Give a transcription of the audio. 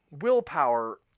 willpower